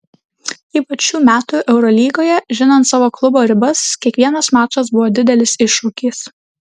ypač šių metų eurolygoje žinant savo klubo ribas kiekvienas mačas buvo didelis iššūkis